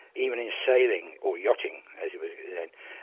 even in sailing or yachting, as it was then,